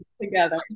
together